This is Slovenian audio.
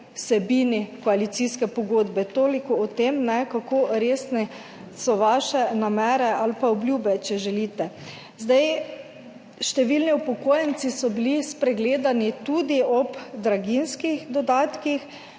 vsebini koalicijske pogodbe. Toliko o tem, kako resne so vaše namere ali pa obljube, če želite. Številni upokojenci so bili spregledani tudi ob draginjskih dodatkih,